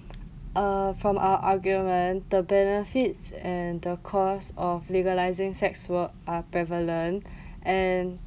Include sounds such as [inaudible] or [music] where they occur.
[breath] uh from our argument the benefits and the cause of legalising sex work are prevalent [breath] and